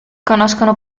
conoscono